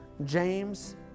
James